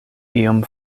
iom